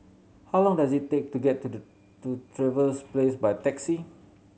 how long does it take to get to Trevose Place by taxi